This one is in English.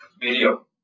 video